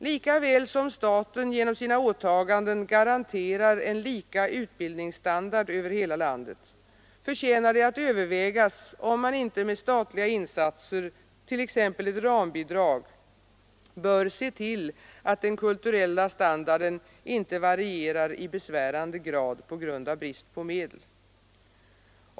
Lika väl som staten genom sina åtaganden garanterar samma utbildningsstandard över hela landet förtjänar det att övervägas om man inte med statliga insatser, t.ex. ett rambidrag, bör se till att den kulturella standarden inte varierar i besvärande grad på grund av brist på medel.